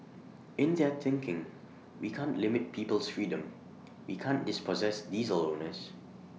in their thinking we can't limit people's freedom we can't dispossess diesel owners